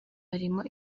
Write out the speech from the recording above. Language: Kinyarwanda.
harimo